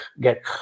get